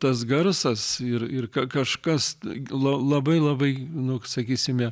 tas garsas ir ir ka kažkas la labai labai nuk sakysime